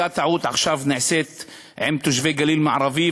אותה טעות נעשית עכשיו עם תושבי הגליל המערבי,